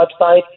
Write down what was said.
website